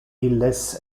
illes